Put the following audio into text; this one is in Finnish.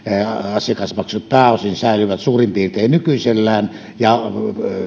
asiakasmaksut pääosin säilyvät suurin piirtein nykyisellään ja